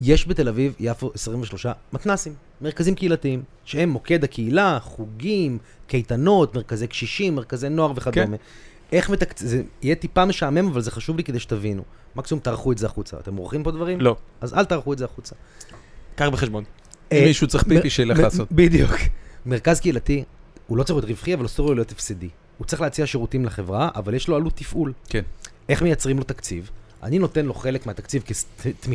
יש בתל אביב, יפו, 23 מתנסים, מרכזים קהילתיים שהם מוקד הקהילה, חוגים, קייטנות, מרכזי קשישי, מרכזי נוער וכדומה. איך מתקציב... יהיה טיפה משעמם, אבל זה חשוב לי כדי שתבינו. מקסימום תערכו את זה החוצה. אתם אורחים פה דברים? לא. אז אל תערכו את זה החוצה. קר בחשבון. מישהו צריך פיפי שלך לעשות. בדיוק. מרכז קהילתי, הוא לא צריך להיות רווחי, אבל לא צריך להיות הפסידי. הוא צריך להציע שירותים לחברה, אבל יש לו עלות תפעול. כן. איך מייצרים לו תקציב? אני נותן לו חלק מהתקציב כסטטמית.